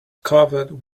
covered